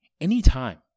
Anytime